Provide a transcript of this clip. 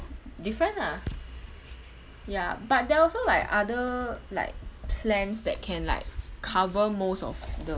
different ah ya but there are also like other like plans that can like cover most of the